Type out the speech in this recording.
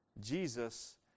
Jesus